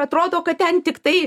atrodo kad ten tiktai